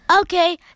Okay